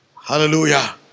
Hallelujah